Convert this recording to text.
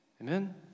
Amen